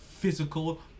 physical